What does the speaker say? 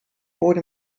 wurde